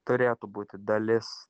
turėtų būti dalis